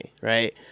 right